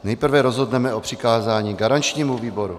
Nejprve rozhodneme o přikázání garančnímu výboru.